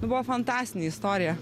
buvo fantastinė istorija